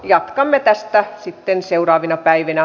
jatkamme tästä sitten seuraavina päivinä